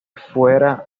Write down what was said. fuera